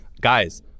guys